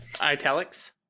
italics